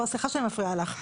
סליחה שאני מפריעה לך,